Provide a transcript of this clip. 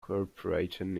corporation